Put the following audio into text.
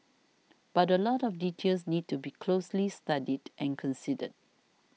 but a lot of details need to be closely studied and considered